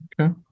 okay